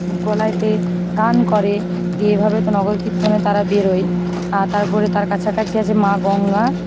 গলায়তে গান করে দিয়ে এভাবে তো নগরকীর্তনে তারা বেরোয় আর তারপরে তার কাছাকাছি আছে মা গঙ্গা